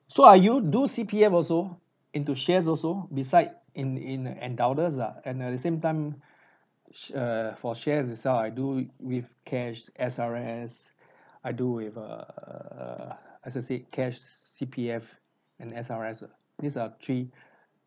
so are you do C_P_F also into shares also beside in in Endowus lah and at the same time sh~ uh for shares itself I do with cash S_R_S I do with err associate cash C_P_F and S_R_S these are three